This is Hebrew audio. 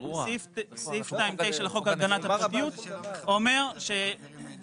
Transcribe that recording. סעיף 2(9) לחוק הגנת הפרטיות אומר שחובת